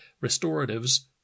restoratives